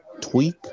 Tweak